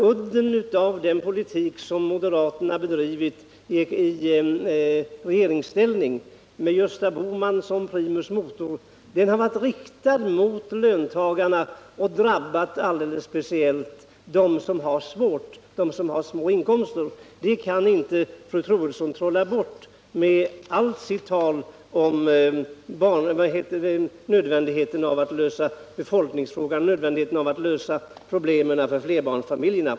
Udden på den politik som moderaterna bedrivit i regeringsställning — med Gösta Bohman som primus motor — har varit riktad mot löntagarna och alldeles speciellt drabbat dem som har det svårt, som har små inkomster. Det kan inte fru Troedsson trolla bort med allt sitt tal om nödvändigheten av att lösa befolkningsfrågan och problemen för flerbarnsfamiljerna.